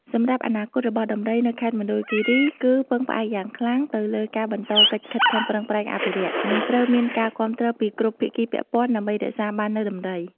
សម្រាប់អនាគតរបស់ដំរីនៅខេត្តមណ្ឌលគិរីគឺពឹងផ្អែកយ៉ាងខ្លាំងទៅលើការបន្តកិច្ចខិតខំប្រឹងប្រែងអភិរក្ស និងត្រូវមានការគាំទ្រពីគ្រប់ភាគីពាក់ព័ន្ធដើម្បីរក្សាបាននូវដំរី។